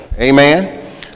Amen